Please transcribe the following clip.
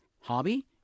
hobby